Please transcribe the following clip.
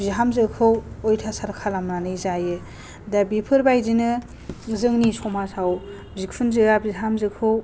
बिहामजोखौ अयथासार खालामनानै जायो दा बेफोरबादिनो जोंनि समाजाव बिखुनजोआ बिहामजोखौ